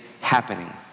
happening